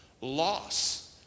loss